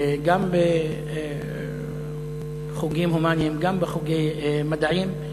גם בחוגים הומניים וגם בחוגי המדעים.